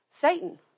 Satan